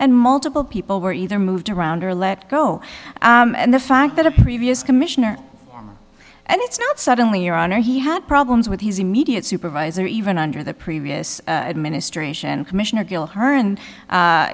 and multiple people were either moved around or let go and the fact that a previous commissioner and it's not suddenly your honor he had problems with his immediate supervisor even under the previous administration commissioner kill her and